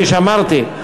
כפי שאמרתי,